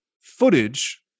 footage